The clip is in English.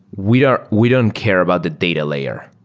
we don't we don't care about the data layer,